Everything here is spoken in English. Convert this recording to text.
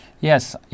Yes